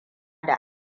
da